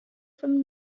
from